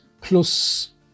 plus